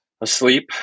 asleep